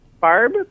Barb